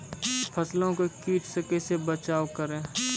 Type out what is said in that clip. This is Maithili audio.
फसलों को कीट से कैसे बचाव करें?